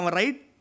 right